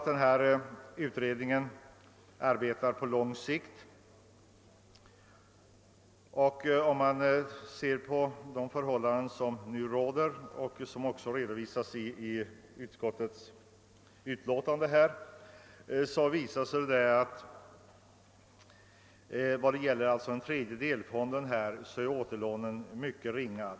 Denna utredning arbetar emellertid på lång sikt. Det redovisas i bankoutskottets utlåtande att återlånen från delfond III är mycket ringa.